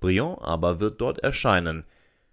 briand aber wird dort erscheinen